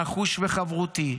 נחוש וחברותי,